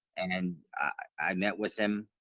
and i i met with him